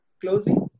closing